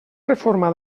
reforma